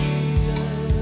Jesus